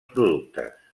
productes